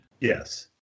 Yes